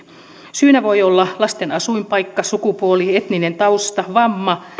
syynä voi olla lasten asuinpaikka sukupuoli etninen tausta vamma